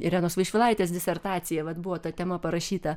irenos vaišvilaitės disertacija vat buvo ta tema parašyta